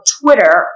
Twitter